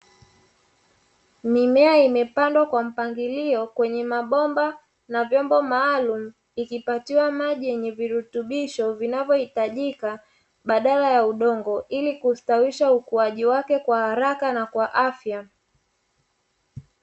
Mimea imepandwa kwa mpangilio kwenye mabomba na vyombo maalum ikipatiwa maji yenye virutubisho vinavyohitajika badala ya udongo ili kustawisha ukuaji wake kwa haraka na kwa afya.